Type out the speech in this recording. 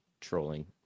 trolling